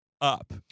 up